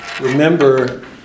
remember